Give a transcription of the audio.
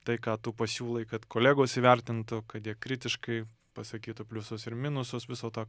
tai ką tu pasiūlai kad kolegos įvertintų kad jie kritiškai pasakytų pliusus ir minusus viso to